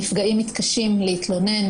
הנפגעים מתקשים להתלונן,